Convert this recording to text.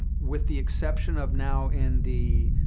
with the exception of now in the